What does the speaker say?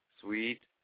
sweet